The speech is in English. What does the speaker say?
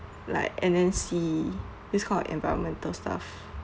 like N N C this kind of environmental stuff